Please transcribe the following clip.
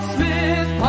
Smith